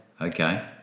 Okay